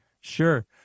Sure